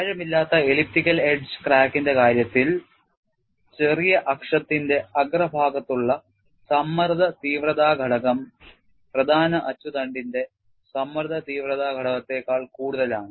ആഴമില്ലാത്ത elliptical edge ക്രാക്കിന്റെ കാര്യത്തിൽ ചെറിയ അക്ഷത്തിന്റെ അഗ്രഭാഗത്തുള്ള സമ്മർദ്ദ തീവ്രത ഘടകം പ്രധാന അച്ചുതണ്ടിന്റെ സമ്മർദ്ദ തീവ്രത ഘടകത്തേക്കാൾ കൂടുതലാണ്